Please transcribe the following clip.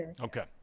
Okay